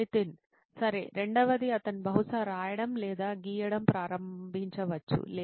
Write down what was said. నితిన్ సరేరెండవది అతను బహుశా రాయడం లేదా గీయడం ప్రారంభించవచ్చు లేదా